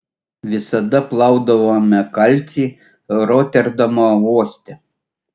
visada plaudavome kalcį roterdamo uoste